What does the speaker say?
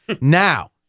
Now